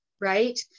right